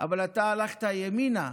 ואתה הלכת ימינה,